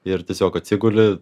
ir tiesiog atsiguli